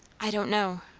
i don't know,